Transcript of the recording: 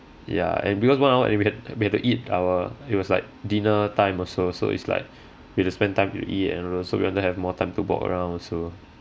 ya and because one hour and we had we had to eat our it was like dinner time also so is like we've to spend time to eat and all so we want to have more time to walk around also